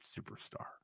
superstar